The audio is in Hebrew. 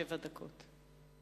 שבע דקות.